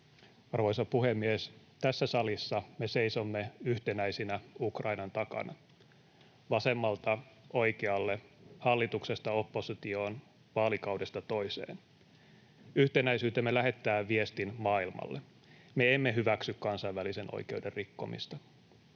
Arvoisa puhemies! Tässä salissa me seisomme yhtenäisinä Ukrainan takana: vasemmalta oikealle, hallituksesta oppositioon, vaalikaudesta toiseen. Yhtenäisyytemme lähettää viestin maailmalle: me emme hyväksy kansainvälisen oikeuden rikkomista.